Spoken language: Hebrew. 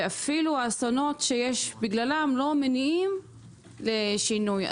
ואפילו אסונות שיש בגללם לא מניעים לשינוי.